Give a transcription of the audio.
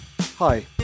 Hi